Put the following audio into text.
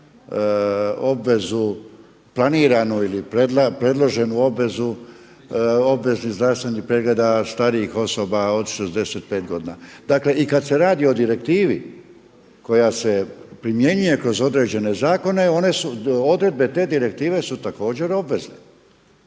obvezu planiranu ili predloženu obveznu, obveznih zdravstvenih pregleda starijih osoba od 65 godina. Dakle i kada se radi o direktivi koja se primjenjuje kroz određene zakone, odredbe te direktive su također obvezne.